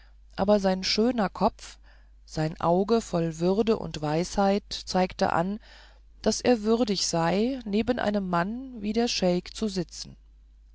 aber sein schöner kopf sein auge voll würde und weisheit zeigte an daß er würdig sei neben einem mann wie der scheik zu sitzen